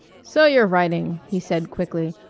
so you're writing, he said quickly.